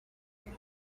here